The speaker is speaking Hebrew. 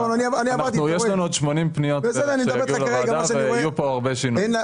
יש לנו עוד 80 פניות שיגיעו לוועדה ויהיו כאן הרבה שינויים.